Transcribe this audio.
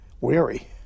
weary